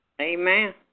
Amen